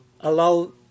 allow